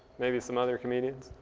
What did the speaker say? maybe, some other comedians